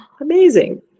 Amazing